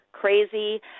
Crazy